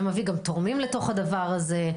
ומביא גם תורמים לתוך הדבר הזה,